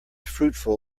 fruitful